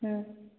ହୁଁ